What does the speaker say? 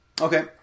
Okay